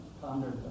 pondered